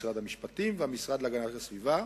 משרד המשפטים והמשרד להגנת הסביבה,